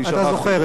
אתה זוכר את שמו.